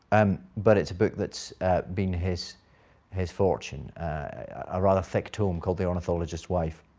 um but it's a book that's been his his fortune a rather thick tome called the ornithologist's wife